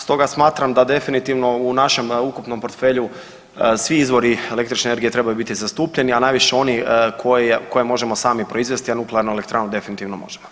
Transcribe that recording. Stoga smatram da definitivno u našem ukupnom portfelju svi izvori električne energije trebaju biti zastupljeni, a najviše oni koje možemo sami proizvesti, a nuklearnu elektranu definitivno možemo.